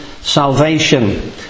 salvation